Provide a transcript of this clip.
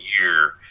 year